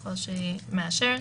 ככל שהיא מאשרת],